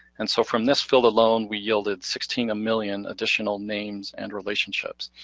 and so form this fill alone, we yielded sixteen million additional names and relationships.